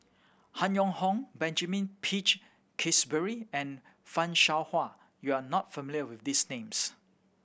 Han Yong Hong Benjamin Peach Keasberry and Fan Shao Hua you are not familiar with these names